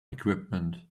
equipment